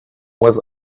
was